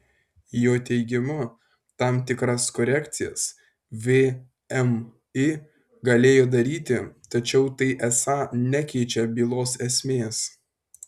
jo teigimu tam tikras korekcijas vmi galėjo daryti tačiau tai esą nekeičia bylos esmės